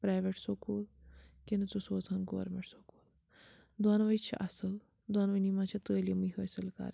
private school کِنہٕ ژٕ سوزٕ ہان گورمیٚنٛٹ سکوٗل دۄنؤے چھِ اصٕل دۄنؤنی منٛز چھِ تٔعلیٖمٕے حٲصل کَرٕنۍ